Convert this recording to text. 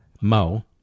Mo